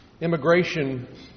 immigration